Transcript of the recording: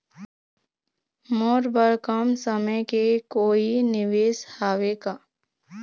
मोर बर कम समय के कोई निवेश हावे का?